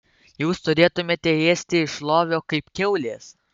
jūs turėtumėte ėsti iš lovio kaip kiaulės